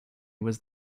was